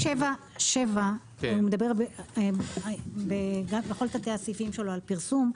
סעיף 7 מדבר בכל תתי הסעיפים שלו על פרסום,